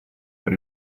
per